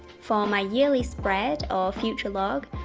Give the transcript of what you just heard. for my yearly spread or future log,